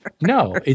No